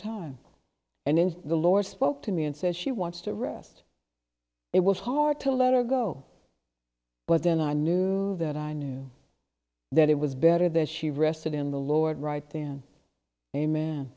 time and in the lord spoke to me and says she wants to rest it was hard to let her go but then i knew that i knew that it was better that she rested in the lord right than a man